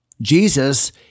Jesus